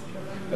הדבר השני,